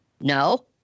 No